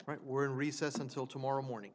right we're in recess until tomorrow morning